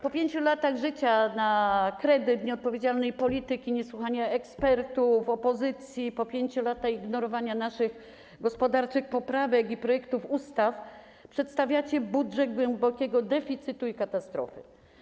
Po 5 latach życia na kredyt, nieodpowiedzialnej polityki, niesłuchania ekspertów i opozycji, po 5 latach ignorowania naszych gospodarczych poprawek i projektów ustaw, przedstawiacie budżet pokazujący głęboki deficyt i katastrofę.